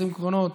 20 קרונות,